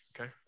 okay